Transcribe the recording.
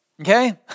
Okay